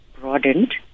broadened